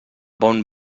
bon